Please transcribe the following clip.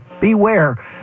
beware